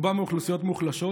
רובם מאוכלוסיות מוחלשות,